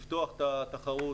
לפתוח את התחרות,